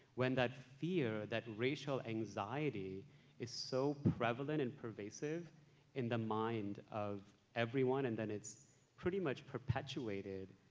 when that fear, that racial anxiety is so prevalent and pervasive in the mind of everyone? and then it's pretty much perpetuated,